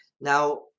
Now